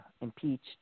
impeached